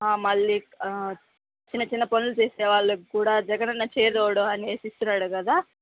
మళ్ళీ చిన్న చిన్న పనులు చేసేవాళ్ళకి కూడా జగనన్న చేదోడు అనీ ఇస్తున్నాడు కదా